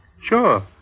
Sure